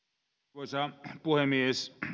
arvoisa puhemies